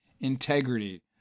integrity